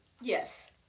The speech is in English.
Yes